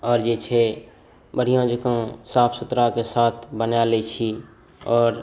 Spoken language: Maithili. आओर जे छै बढ़िऑं जकाँ साफ सुथराके साथ बनाय लै छी आओर